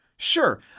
Sure